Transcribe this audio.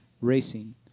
racing